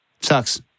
Sucks